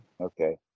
Okay